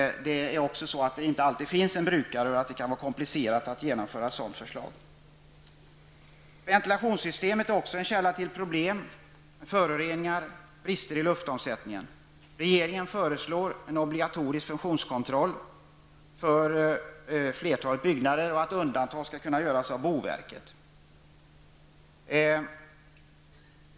Det är också så att det inte alltid finns en brukare och att det kan bli komplicerat att genomföra ett sådant förslag. Ventilationssystemet är också en källa till problem, liksom föroreningar och brister i luftomsättningen. Regeringen föreslår en obligatorisk funktionskontroll för flertalet byggnader samt att undantag skall kunna göras därvid av boverket.